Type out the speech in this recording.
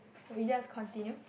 we just continue